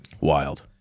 Wild